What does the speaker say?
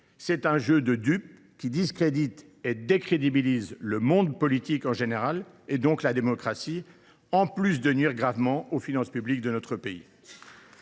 C’est un jeu de dupes, monsieur le ministre, qui décrédibilise le monde politique en général et donc la démocratie, en plus de nuire gravement aux finances publiques de notre pays.